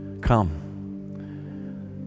come